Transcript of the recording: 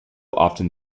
often